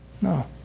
No